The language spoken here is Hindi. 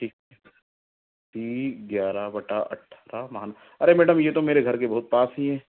जी सी ग्यारह बटा अठारह महान अरे मैडम यह तो मेरे घर के बहुत पास ही है